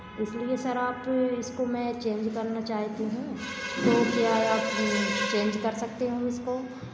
इसलिए सर आप इसको मैं चेंज करना चाहती हूँ तो क्या आप चेंज कर सकते हैं इसको